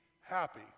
happy